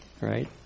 right